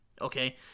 okay